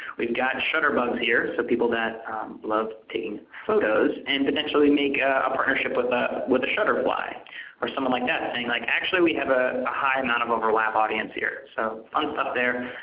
we've got shutterbugs here so that people that love taking photos and potentially make a partnership with ah with a shutter fly or someone like that saying like actually we have ah a high amount of overlap audience here. so and up there.